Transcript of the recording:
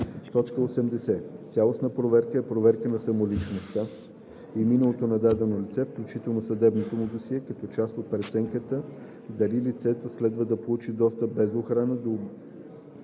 г.). 80. „Цялостна проверка“ е проверка на самоличността и миналото на дадено лице, включително съдебното му досие, като част от преценката дали лицето следва да получи достъп без охрана до